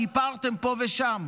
שיפרתם פה ושם.